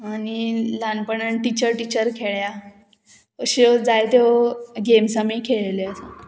आनी ल्हानपणान teacher teacher खेळ्ळ्या अश्यो जायत्यो गेम्स आमी खेळल्यो आसात